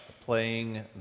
playing